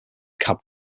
cab